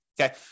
Okay